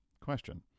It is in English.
question